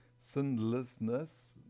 sinlessness